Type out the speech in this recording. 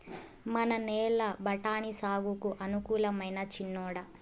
మన నేల బఠాని సాగుకు అనుకూలమైనా చిన్నోడా